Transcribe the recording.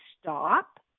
stop